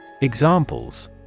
Examples